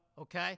okay